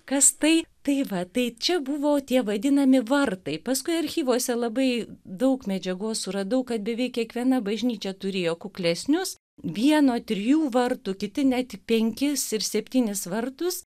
kas tai tai va tai čia buvo tie vadinami vartai paskui archyvuose labai daug medžiagos suradau kad beveik kiekviena bažnyčia turėjo kuklesnius vieno trijų vartų kiti net penkis ir septynis vartus